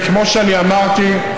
כמו שאמרתי,